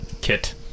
kit